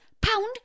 Pound